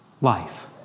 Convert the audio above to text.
life